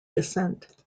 descent